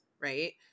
right